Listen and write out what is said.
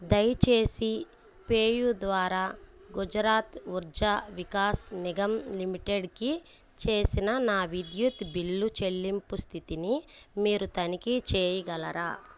దయచేసి పేయు ద్వారా గుజరాత్ ఉర్జా వికాస్ నిగమ్ లిమిటెడ్కి చేసిన నా విద్యుత్ బిల్లు చెల్లింపు స్థితిని మీరు తనిఖీ చేయిగలరా